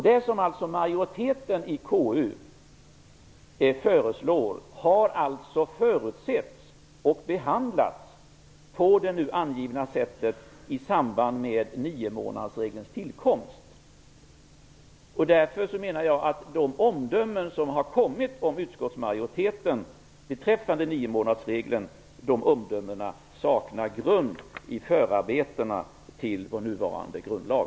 Det som majoriteten i KU föreslår har alltså förutsetts och behandlats på det nu angivna sättet i samband med niomånadersregelns tillkomst. Därför menar jag att de omdömen som gjorts av utskottsmajoriteten beträffande niomånadersregeln saknar grund enligt förarbetena till vår nuvarande grundlag.